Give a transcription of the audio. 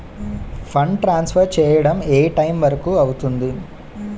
Fund transfer చేయడం ఏ time వరుకు అవుతుంది?